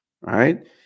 right